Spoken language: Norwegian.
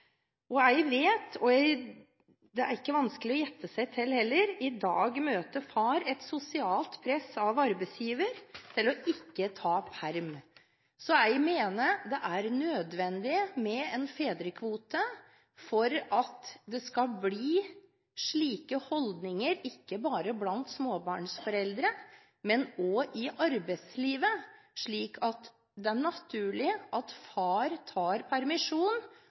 Jeg vet, og det er ikke vanskelig å gjette seg til heller, at i dag møter far et sosialt press av arbeidsgiveren til ikke å ta permisjon. Jeg mener det er nødvendig med en fedrekvote for at det skal bli slike holdninger – ikke bare blant småbarnsforeldre, men også i arbeidslivet – at det er naturlig at far tar permisjon